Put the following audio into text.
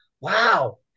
Wow